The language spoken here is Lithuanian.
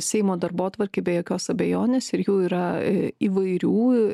seimo darbotvarkėj be jokios abejonės ir jų yra įvairių